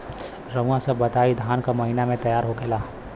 रउआ सभ बताई धान क महीना में तैयार होखेला?